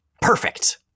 Perfect